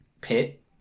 pit